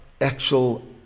actual